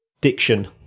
diction